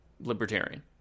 Libertarian